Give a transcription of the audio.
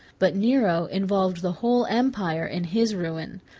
but nero involved the whole empire in his ruin.